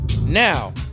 Now